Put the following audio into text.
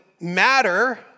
matter